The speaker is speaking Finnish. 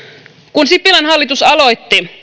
kun sipilän hallitus aloitti